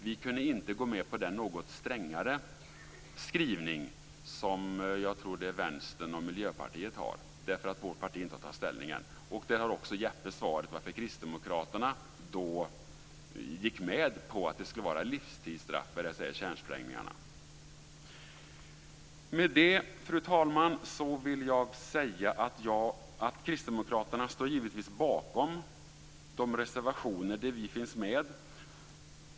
Vi kunde inte gå med på den något strängare skrivning som jag tror att Vänstern och Miljöpartiet har, därför att vårt parti inte har tagit ställning än. Där har också Jeppe svaret på varför kristdemokraterna gick med på att det skulle vara livstidsstraff för kärnsprängningarna. Med detta, fru talman, vill jag säga att kristdemokraterna givetvis står bakom de reservationer där vi finns med.